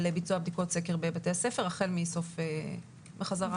על ביצוע בדיקות סקר בבתי הספר החל מהחזרה ללימודים.